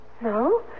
No